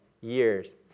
years